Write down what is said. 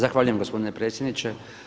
Zahvaljujem gospodine predsjedniče.